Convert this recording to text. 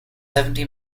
seventy